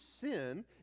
sin